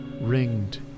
ringed